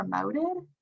promoted